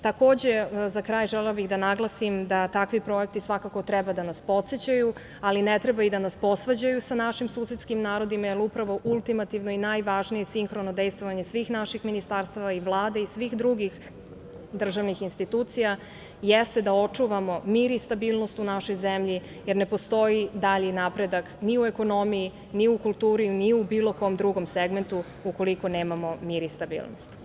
Za kraj želela bih da naglasim da takvi projekti svakako treba da nas podsećaju, ali ne treba i da nas posvađaju sa našim susedskim narodima, jer upravo ultimativno i najvažnije sinhrono dejstvovanje svih naših ministarstava i Vlade i svih drugih državnih institucija, jeste da očuvamo mir i stabilnost u našoj zemlji, jer ne postoji dalji napredak ni u ekonomiji, ni u kulturi, ni u bilo kom drugom segmentu ukoliko nemamo mir i stabilnost.